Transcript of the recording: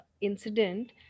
incident